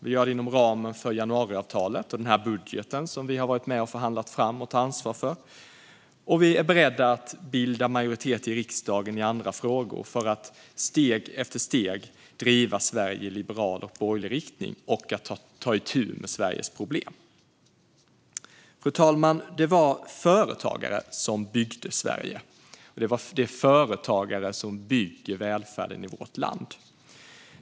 Vi gör det inom ramen för januariavtalet och den här budgeten, som vi har varit med och förhandlat fram och tar ansvar för. Och vi är beredda att bilda majoritet i riksdagen för andra frågor för att steg efter steg driva Sverige i liberal och borgerlig riktning och ta itu med Sveriges problem. Fru talman! Det var företagare som byggde Sverige. Det är företagare som bygger välfärden i vårt land.